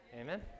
Amen